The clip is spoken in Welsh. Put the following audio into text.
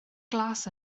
glas